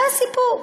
זה הסיפור,